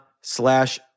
slash